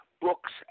books